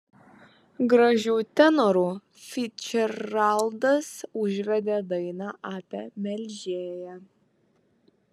gražiu tenoru ficdžeraldas užvedė dainą apie melžėją